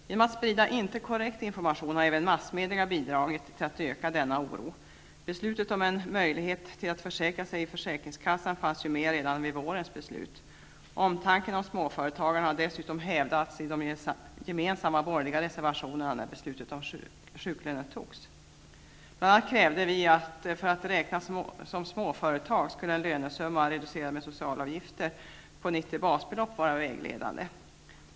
Genom att inte sprida korrekt information har även massmedia bidragit till denna ökade oro. Beslutet om möjligheten att försäkra sig i försäkringskassan fanns ju med redan vid vårens beslut. Omtanken om småföretagarna har dessutom hävdats i de gemensamma borgerliga reservationerna när beslutet om sjuklön fattades. För att vederbörande skulle räknas som småföretagare krävdes det att det vägledande skulle vara en lönesumma om 90 basbelopp, reducerad med sociala avgifter.